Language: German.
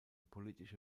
politische